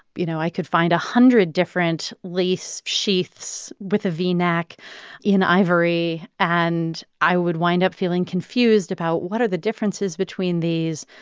you know, i could find a hundred different lace sheaths with a v-neck in ivory, and i would wind up feeling confused about what are the differences between these,